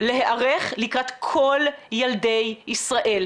להיערך לקראת כל ילדי ישראל,